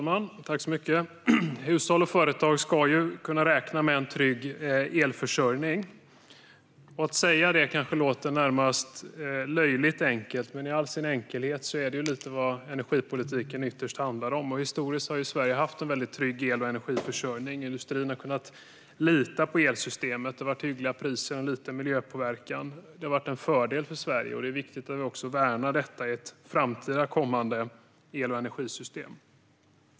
Fru talman! Hushåll och företag ska kunna räkna med en trygg elförsörjning. Det kanske låter närmast löjligt enkelt, men i all sin enkelhet är det lite vad energipolitiken ytterst handlar om. Historiskt har Sverige haft en väldigt trygg el och energiförsörjning. Industrin har kunnat lita på elsystemet, och det har varit hyggliga priser och liten miljöpåverkan. Det har varit en fördel för Sverige, och det är viktigt att vi värnar detta i ett framtida el och energisystem.